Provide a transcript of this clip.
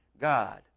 God